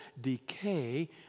decay